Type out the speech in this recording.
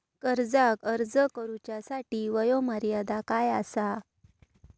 कर्जाक अर्ज करुच्यासाठी वयोमर्यादा काय आसा?